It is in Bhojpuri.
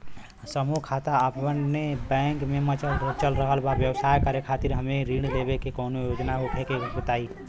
समूह खाता आपके बैंक मे चल रहल बा ब्यवसाय करे खातिर हमे ऋण लेवे के कौनो योजना होखे त बताई?